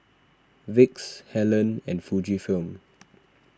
Vicks Helen and Fujifilm